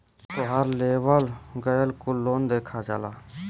तोहार लेवल गएल कुल लोन देखा जाला